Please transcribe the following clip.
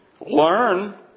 learn